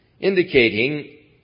indicating